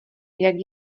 jak